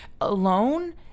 alone